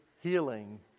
healing